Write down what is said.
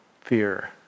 fear